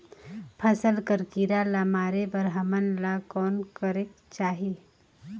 फसल कर कीरा ला मारे बर हमन ला कौन करेके चाही?